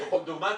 זו דוגמה צינית.